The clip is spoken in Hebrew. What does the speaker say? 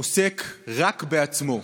עוסק רק בעצמו.